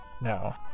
No